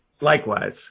likewise